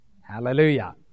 Hallelujah